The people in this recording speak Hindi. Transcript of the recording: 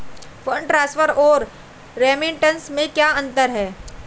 फंड ट्रांसफर और रेमिटेंस में क्या अंतर है?